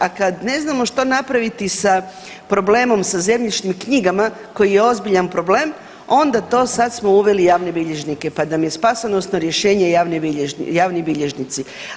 A kad ne znamo što napraviti sa problemom sa zemljišnim knjigama koji je ozbiljan problem onda to sad smo uveli javne bilježnike pa nam je spasonosno rješenje javni bilježnici.